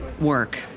work